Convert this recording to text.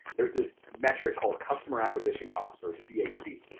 there's this metric called customer acquisition cost or cac.